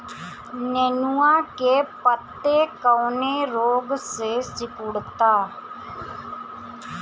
नेनुआ के पत्ते कौने रोग से सिकुड़ता?